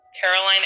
Caroline